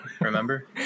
remember